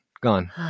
gone